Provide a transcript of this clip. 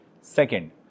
Second